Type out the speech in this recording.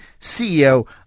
CEO